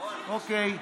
אוקיי.